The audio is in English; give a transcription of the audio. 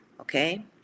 okay